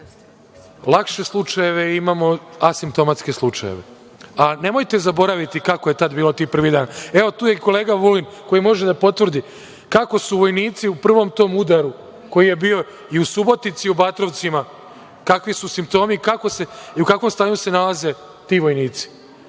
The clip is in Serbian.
lakše slučajeve i imamo asimptomatske slučajeve. Nemojte zaboravite kako je bilo tih prvih dana. Evo, tu je i kolega Vulin koji može da potvrdi kako su vojnici u prvom tom udaru koji je bio i u Subotici, i u Batrovcima, kakvi su simptomi i u kakvom stanju se nalaze ti vojnici.